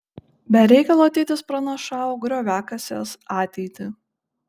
be reikalo tėtis pranašavo grioviakasės ateitį